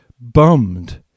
bummed